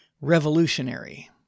revolutionary